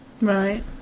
right